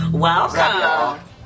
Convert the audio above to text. Welcome